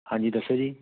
ਹਾਂਜੀ ਦੱਸੋ ਜੀ